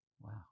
Wow